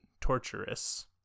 torturous